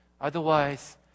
Otherwise